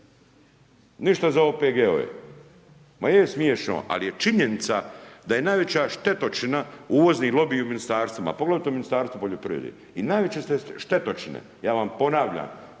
Ništa za OPG-ove, ma je smiješno, ali je činjenica da je najveća štetočina uvozni lobiji u ministarstvima, poglavito Ministarstvo poljoprivredi. I najveće štetočine, ja vam ponavljam,